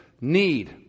need